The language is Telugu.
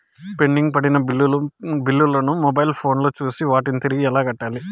పెండింగ్ పడిన బిల్లులు ను మొబైల్ ఫోను లో చూసి వాటిని తిరిగి ఎలా కట్టాలి